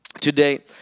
today